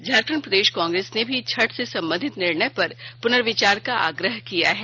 झारखंड प्रदेश कांगेस ने भी छठ से संबंधित निर्णय पर पुनर्विचार का आग्रह किया है